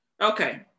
Okay